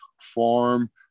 farm